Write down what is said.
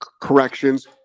corrections